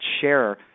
share